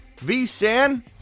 V-SAN